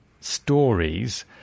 stories